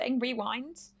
Rewind